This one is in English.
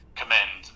commend